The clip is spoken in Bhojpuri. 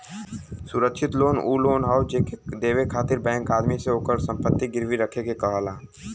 सुरक्षित लोन उ लोन हौ जेके देवे खातिर बैंक आदमी से ओकर संपत्ति गिरवी रखे के कहला